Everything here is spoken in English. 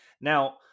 Now